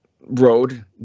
road